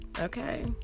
Okay